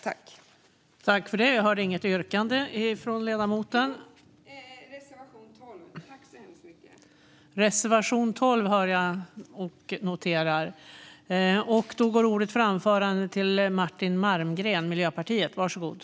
Jag yrkar bifall till reservation 12.